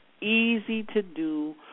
easy-to-do